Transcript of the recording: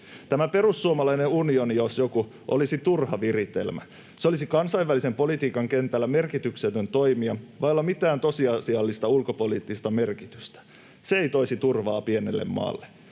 Tämä perussuomalainen unioni, jos joku, olisi turha viritelmä. Se olisi kansainvälisen politiikan kentällä merkityksetön toimija vailla mitään tosiasiallista ulkopoliittista merkitystä. Se ei toisi turvaa pienelle maalle.